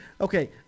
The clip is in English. okay